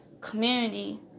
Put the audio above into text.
community